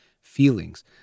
Feelings